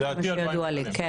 זה מה שידוע לי, כן.